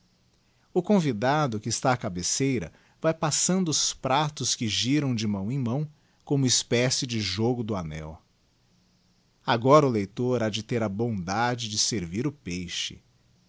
o convidado que está á cabeceira vae passando os pratos que giram de mão em mão como espécie de jogo do anel agora o leitor ha de ter a bondade de servir o peixe